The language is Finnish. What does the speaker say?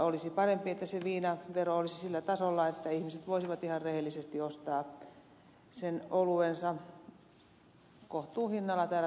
olisi parempi että viinavero olisi sillä tasolla että ihmiset voisivat ihan rehellisesti ostaa oluensa kohtuuhinnalla täällä suomessa